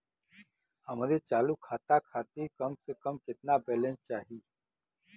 हमरे चालू खाता खातिर कम से कम केतना बैलैंस चाही?